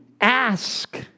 ask